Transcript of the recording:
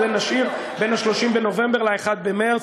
את זה נשאיר בין 30 בנובמבר ל-1 במרס,